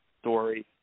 story